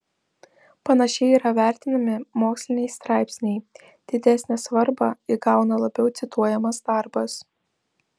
panašiai yra vertinami moksliniai straipsniai didesnę svarbą įgauna labiau cituojamas darbas